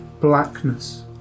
blackness